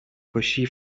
کشی